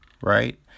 right